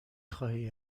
خواهی